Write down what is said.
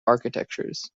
architectures